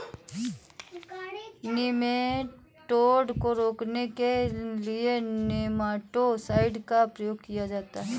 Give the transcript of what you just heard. nematode को रोकने के लिए नेमाटो साइड का प्रयोग किया जाता है